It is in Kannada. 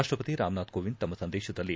ರಾಷ್ಪಪತಿ ರಾಮನಾಥ್ ಕೋವಿಂದ್ ತಮ್ನ ಸಂದೇಶದಲ್ಲಿ